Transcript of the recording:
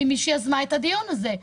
ממי שיזמה את הדיון הזה.